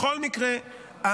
בכל מקרה,